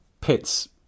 pits